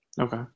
Okay